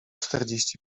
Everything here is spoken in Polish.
czterdzieści